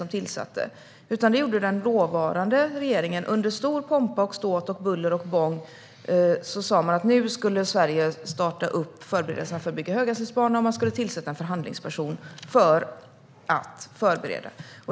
Det var den dåvarande regeringen som gjorde det. Under stor pompa och ståt och med buller och bång sa man att Sverige nu skulle starta upp förberedelserna för att bygga höghastighetsbanor och att man skulle tillsätta en förhandlingsperson för detta ändamål.